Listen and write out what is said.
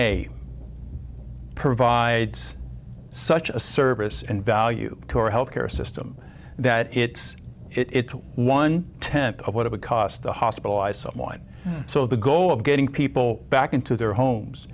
a provides such a service and value to our healthcare system that it's it's one tenth of what it would cost the hospital i saw online so the goal of getting people back into their homes